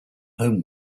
home